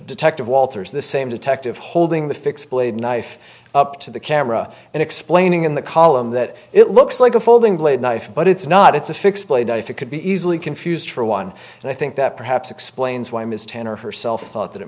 detective walters the same detective holding the fixed blade knife up to the camera and explaining in the column that it looks like a folding blade knife but it's not it's a fixed blade if it could be easily confused for one and i think that perhaps explains why ms tanner herself thought that it